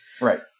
right